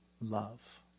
love